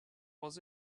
was